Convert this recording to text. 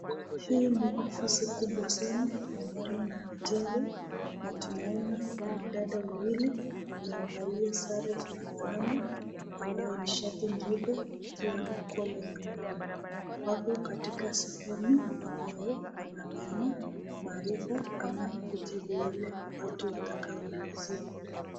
Hii ni ofisi kubwa sana ambayo imejengwa na tunaona wanadada wawili wamevalia sare zinafanana ambayo ni shati nyeupe ikiwa na collar nyekundu, wakati katika sehemu ambayo wanapeana maarifa ama kujibu yale watu watakayo ulizia.